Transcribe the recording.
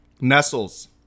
Nestles